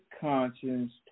conscience